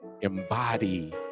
embody